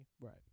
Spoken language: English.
Right